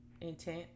intent